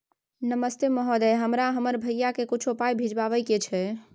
नमस्ते महोदय, हमरा हमर भैया के कुछो पाई भिजवावे के छै?